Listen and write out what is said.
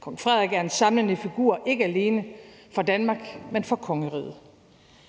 Kong Frederik er en samlende figur ikke alene for Danmark, men for kongeriget.